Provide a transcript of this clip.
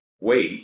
wait